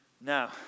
Now